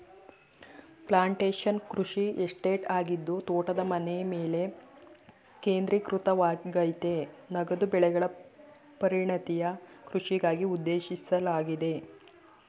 plantation ಕೃಷಿ estate ಆಗಿದ್ದು ತೋಟದ ಮನೆಮೇಲೆ ಕೇಂದ್ರೀಕೃತವಾಗಯ್ತೆ ನಗದು ಬೆಳೆಗಳ ಪರಿಣತಿಯ ಕೃಷಿಗಾಗಿ ಉದ್ದೇಶಿಸಲಾಗಿದೆ